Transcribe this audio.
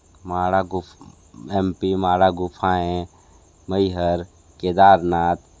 मांड़ा M P Manda गुफ़ाएं मैहर केदारनाथ